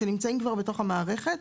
שנמצאים כבר בתוך המערכת,